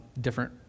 different